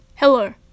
Hello